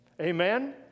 Amen